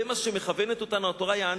זה מה שמכוונת אותנו התורה: יען